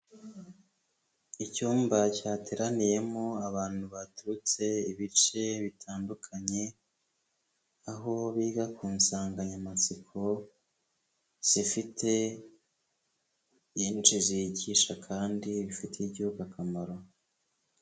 Icyumba cyateraniyemo abantu baturutse ibice bitandukanye, aho biga ku nsanganyamatsiko zifite byinshi zigisha kandi bifitiye igihugu akamaro.